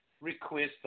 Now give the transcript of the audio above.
request